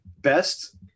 best